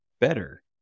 better